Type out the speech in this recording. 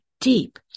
deep